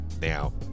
Now